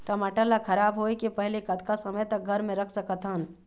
टमाटर ला खराब होय के पहले कतका समय तक घर मे रख सकत हन?